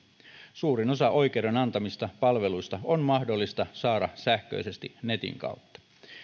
suurin osa oikeuden antamista palveluista on mahdollista saada sähköisesti netin kautta